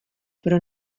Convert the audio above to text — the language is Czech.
pro